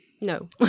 No